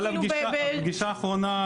אבל הפגישה האחרונה,